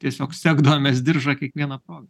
tiesiog segdavomės diržą kiekviena proga